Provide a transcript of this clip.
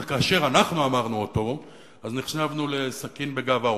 אבל כאשר אנחנו אמרנו אותו אז נחשבנו לסכין בגב האומה.